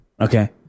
Okay